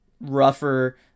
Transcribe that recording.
rougher